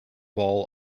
ball